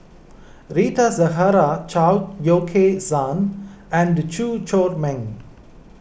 Rita Zahara Chao Yoke San and Chew Chor Meng